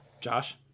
Josh